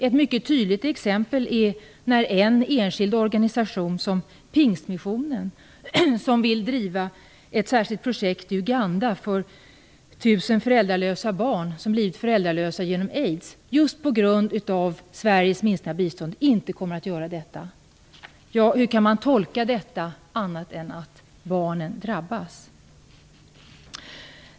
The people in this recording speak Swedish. Ett mycket tydligt exempel är när en enskild organisation som Pingstmissionen, som vill driva ett särskilt projekt i Uganda för tusen föräldralösa barn, som har blivit föräldralösa genom aids, just på grund av Sveriges minskade bistånd inte kommer att göra detta. Hur kan man tolka detta annat än att barnen drabbas?